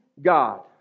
God